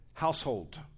Household